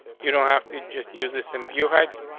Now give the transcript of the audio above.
you don't have to just use this in view heights.